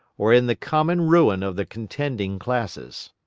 or in the common ruin of the contending classes.